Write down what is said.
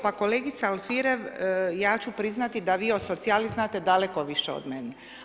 Pa kolegice Alfirev, ja ću priznati da vi o socijali znate daleko više od mene.